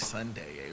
Sunday